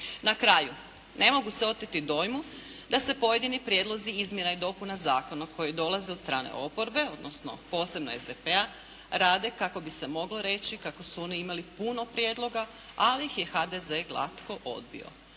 Na kraju, ne mogu se oteti dojmu da se pojedini prijedlozi izmjena i dopuna zakona koji dolaze od strane oporbe, odnosno posebno SDP-a rade kako bi se moglo reći kako su oni imali puno prijedloga ali ih je HDZ glatko odbio.